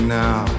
now